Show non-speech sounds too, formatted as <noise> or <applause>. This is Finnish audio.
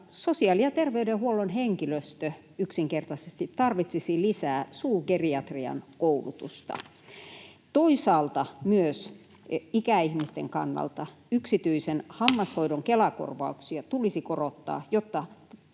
sosiaali- ja terveydenhuollon henkilöstö yksinkertaisesti tarvitsisi lisää suugeriatrian koulutusta. Toisaalta myös yksityisen hammashoidon <noise> Kela-korvauksia tulisi korottaa